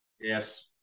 Yes